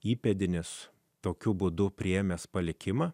įpėdinis tokiu būdu priėmęs palikimą